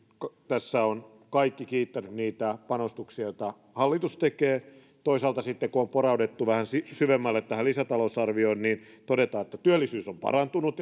tässä ovat kaikki kiittäneet niitä panostuksia joita hallitus tekee toisaalta sitten kun on porauduttu vähän syvemmälle tähän lisätalousarvioon niin todetaan että työllisyys on parantunut